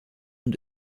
und